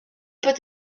peut